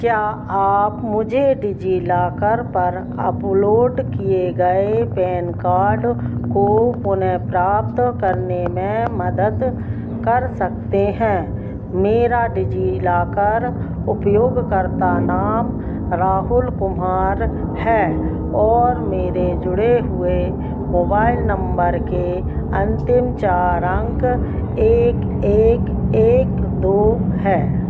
क्या आप मुझे डिजिलॉकर पर अपलोड किए गए पैन कार्ड को पुनः प्राप्त करने में मदद कर सकते हैं मेरा डिजिलाकर उपयोगकर्ता नाम राहुल कुमार है और मेरे जुड़े हुए मोबाइल नम्बर के अन्तिम चार अंक एक एक एक दो है